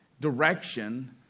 direction